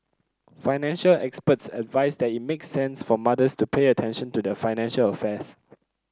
financial experts advise that it makes sense for mothers to pay attention to their financial affairs